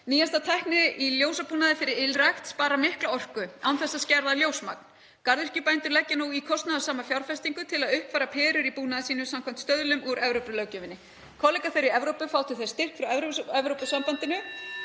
Nýjasta tækni í ljósabúnaði fyrir ylrækt sparar mikla orku án þess að skerða ljósmagn. Garðyrkjubændur leggja nú í kostnaðarsama fjárfestingu til að uppfæra perur í búnaði sínum samkvæmt stöðlum úr Evrópulöggjöfinni. Kollegar þeirra í Evrópu fá til þess styrk frá Evrópusambandinu.